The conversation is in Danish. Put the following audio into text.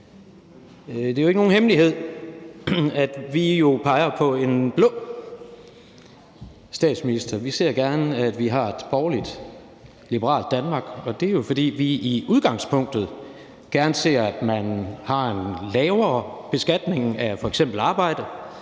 Det er jo ikke nogen hemmelighed, at vi peger på en blå statsminister. Vi ser gerne, at vi har et borgerlig-liberalt Danmark, og det er jo, fordi vi i udgangspunktet gerne ser, at man har en lavere beskatning af f.eks. arbejde,